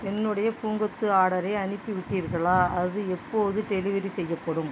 என்னுடைய பூங்கொத்து ஆர்டரை அனுப்பிவிட்டீர்களா அது எப்போது டெலிவரி செய்யப்படும்